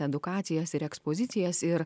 edukacijas ir ekspozicijas ir